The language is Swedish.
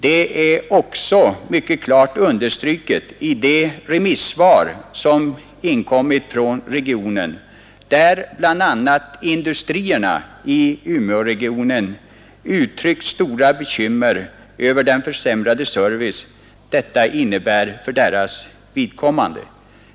Det är också mycket klart understruket i de remissvar som inkommit från regionen — bl.a. har industrierna i Umeåregionen uttryckt stora bekymmer över den försämrade service detta innebär för deras vidkommande.